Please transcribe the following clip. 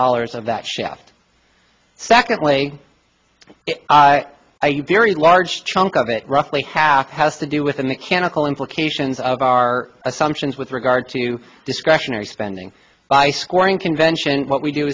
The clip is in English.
dollars of that shaft secondly i have very large chunk of it roughly half has to do with a mechanical implications of our assumptions with regard to discretionary spending by scoring convention what we do